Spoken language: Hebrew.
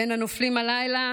בין הנופלים הלילה